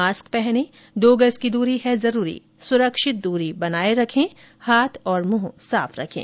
mask पहनें दो गज की दूरी है जरूरी सुरक्षित दरी बनाए रखें हाथ और मुंह साफ रखें